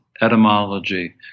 etymology